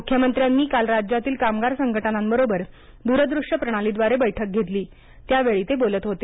मुख्यमंत्र्यांनी काल राज्यातील कामगार संघटनांबरोबर द्रदूश्य प्रणालीद्वारे बैठक घेतली त्यावेळी ते बोलत होते